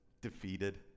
defeated